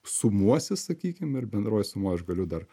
sumuosis sakykim ir bendroj sumoj aš galiu dar